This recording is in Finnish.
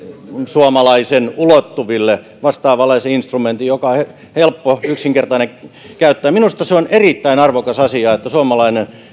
suomalaisen ulottuville vastaavanlaisen instrumentin joka on helppo yksinkertainen käyttää minusta se on erittäin arvokas asia että suomalainen